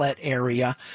area